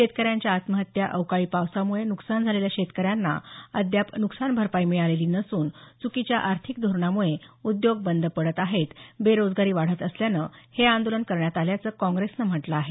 शेतकऱ्यांच्या आत्महत्या अवकाळी पावसामुळे न्कसान झालेल्या शेतकऱ्यांना अद्याप नुकसान भरपाई मिळालेली नसून चुकीच्या आर्थिक धोरणामुळे उद्योग बंद पडत आहेत बेरोजगारी वाढत असल्यानं हे आंदोलन करण्यात आल्याचं काँग्रेसनं म्हटलं आहे